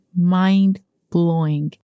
mind-blowing